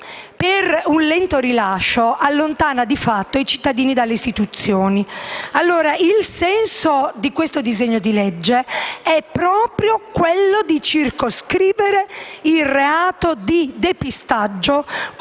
con un lento rilascio, allontana di fatto i cittadini dalle istituzioni. Il senso del disegno di legge in esame è proprio quello di circoscrivere il reato di depistaggio come